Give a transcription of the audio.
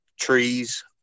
trees